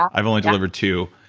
i've only delivered two.